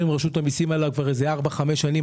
עליו עם רשות המיסים כבר כארבע-חמש שנים.